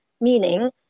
meaning